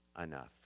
enough